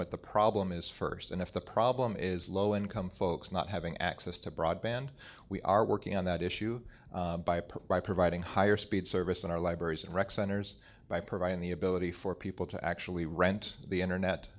what the problem is first and if the problem is low income folks not having access to broadband we are working on that issue by providing higher speed service in our libraries and rec centers by providing the ability for people to actually rent the